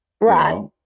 right